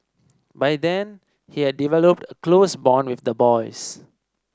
by then he had developed a close bond with the boys